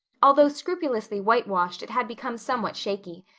although scrupulously whitewashed it had become somewhat shaky,